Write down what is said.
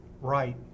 Right